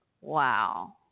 wow